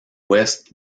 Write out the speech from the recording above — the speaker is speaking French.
ouest